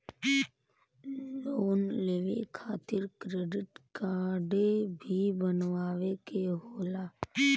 Loan लेवे खातिर credit काडे भी बनवावे के होला?